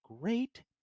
great